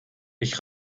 ich